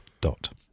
dot